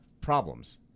problems